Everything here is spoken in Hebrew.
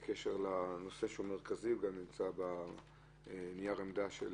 בקשר לנושא המרכזי שנמצא בנייר העמדה של